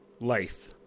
life